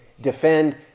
defend